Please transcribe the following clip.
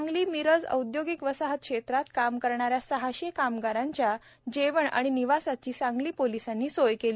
सांगली मिरज औद्योगिक वसाहत क्षेत्रात काम करणाऱ्या सहाशे कामगारांच्या जेवण आणि निवासाची सांगली पोलिसांनी सोय केली